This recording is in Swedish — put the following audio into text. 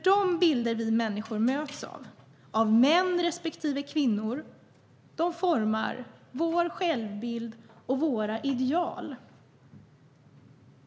De bilder av män respektive kvinnor som vi människor möts av formar vår självbild och våra ideal.